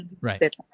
right